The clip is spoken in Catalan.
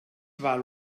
val